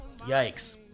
Yikes